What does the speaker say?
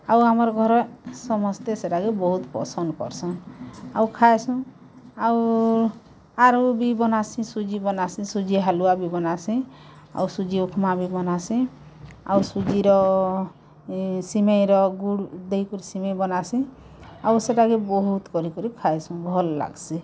ଆଉ ଆମର୍ ଘର ସମସ୍ତେ ସେରାକେ ବହୁତ ପସନ୍ଦ କର୍ସନ୍ ଆଉ ଖାଏସନ୍ ଆଉ ଆରୁ ବି ବନାସିଁ ସୁଜି ବନାସିଁ ସୁଜି ହାଲୁଆ ବି ବନାସିଁ ଆଉ ସୁଜି ଉପମା୍ ବି ବନାସିିଁ ଆଉ ସୁଜିର ସିମେଇଁରେ ଗୁଡ଼ୁ ଦେଇକରି ସିମେଇଁ ବନାସିଁ ଆଉ ସେଟାକେ ବହୁତ କରି କରି ଖାଏସୁଁ ଭଲ୍ ଲାଗ୍ସି